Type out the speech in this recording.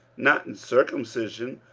not in circumcision,